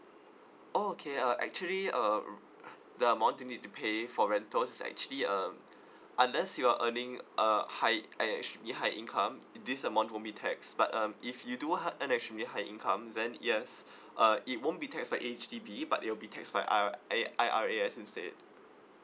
okay uh actually uh there are money need to pay for rental is actually uh unless you are earning uh high uh extremely high income this amount won't be tax but um if you do high earn extremely high income then yes uh it won't be taxed by H_D_B but it will be tax by I R A I_R_A_S instead